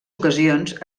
ocasions